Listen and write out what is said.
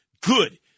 good